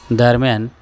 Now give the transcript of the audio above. दरम्यान